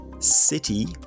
City